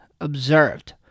observed